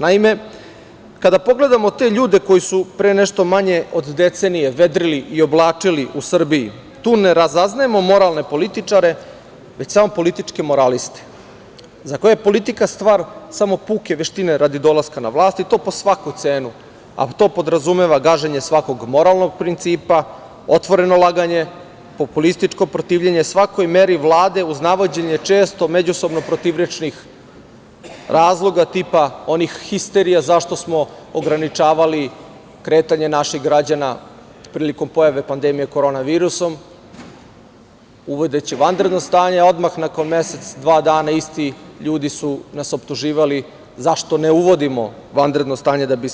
Naime, kada pogledamo te ljude koji su pre nešto manje od decenije vedrili i oblačili u Srbiji, tu ne razaznajemo moralne političare, već samo političke moraliste za koje je politika stvar samo puke veštine radi dolaska na vlast, i to po svaku cenu, a to podrazumeva gaženje svakog moralnog principa, otvoreno laganje, populističko protivljenje svakoj meri Vlade, uz navođenje često međusobno protivrečnih razloga, tipa onih histerija zašto smo ograničavali kretanje naših građana prilikom pojave pandemije korona virusom, uvodeći vanredno stanje, odmah nakon mesec-dva dana isti ljudi su nas optuživali zašto ne uvodimo vanredno stanje da bi